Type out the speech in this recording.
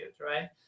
right